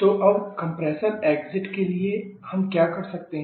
तो अब compressor exit के लिए हम क्या कर सकते हैं